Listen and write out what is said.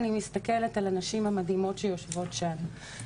אני מסתכלת על הנשים המדהימות שיושבות שם,